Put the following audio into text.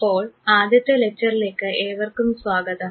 അപ്പോൾ ആദ്യത്തെ ലക്ച്ചറിലേക്ക് ഏവർക്കും സ്വാഗതം